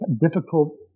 difficult